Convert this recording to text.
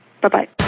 Bye-bye